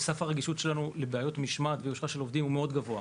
שסף הרגישות שלנו לבעיות משמעת ויושרה של העובדים הוא מאוד גבוה,